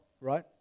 right